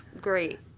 great